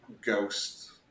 ghost